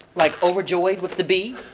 like, overjoyed with the b